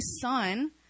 son